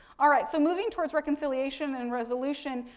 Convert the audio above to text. all right. so moving towards reconciliation and resolution,